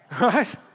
Right